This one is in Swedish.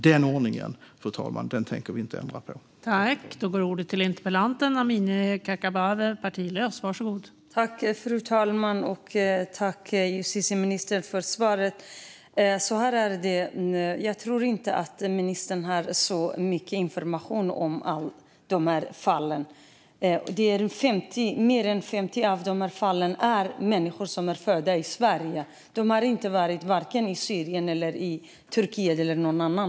Den ordningen tänker vi inte ändra på, fru talman.